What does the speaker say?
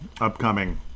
upcoming